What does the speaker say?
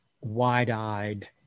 wide-eyed